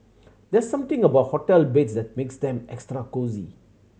there's something about hotel beds that makes them extra cosy